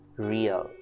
Real